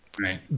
Right